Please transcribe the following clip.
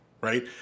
right